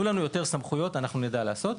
לנו יותר סמכויות אנחנו נדע לעשות.